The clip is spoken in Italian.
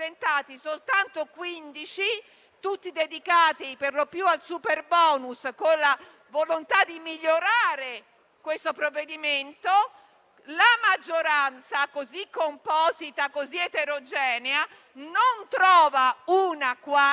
d'Italia, tutti dedicati perlopiù al superbonus, con la volontà di migliorare il provvedimento. La maggioranza, così composita ed eterogenea, non trova una quadra